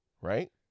right